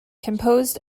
composed